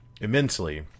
immensely